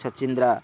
ଛଚିନ୍ଦ୍ରା